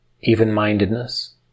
even-mindedness